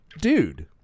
dude